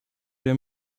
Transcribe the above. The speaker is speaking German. der